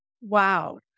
Wow